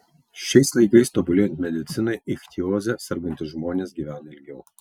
šiais laikais tobulėjant medicinai ichtioze sergantys žmonės gyvena ilgiau